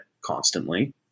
constantly